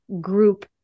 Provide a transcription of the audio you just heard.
group